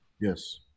Yes